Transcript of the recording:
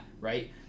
right